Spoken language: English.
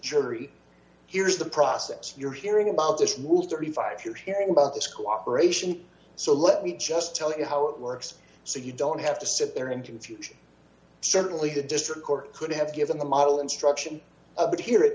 jury here's the process you're hearing about this rule thirty five to hearing about this cooperation so let me just tell you how it works so you don't have to sit there and you certainly the district court could have given the model instruction but here it